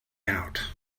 out